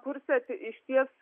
kurse išties